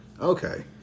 Okay